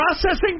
processing